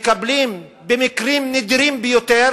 מקבלים במקרים נדירים ביותר